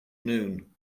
noon